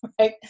right